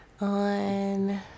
on